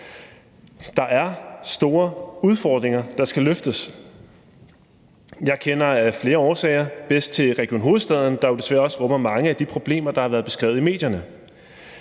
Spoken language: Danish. Der er store udfordringer, der skal tages hånd om. Jeg kender af flere årsager bedst til Region Hovedstaden, der jo desværre også rummer mange af de problemer, der har været beskrevet i medierne.